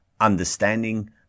Understanding